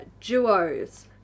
duos